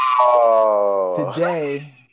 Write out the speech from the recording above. Today